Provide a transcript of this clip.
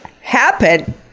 happen